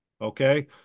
Okay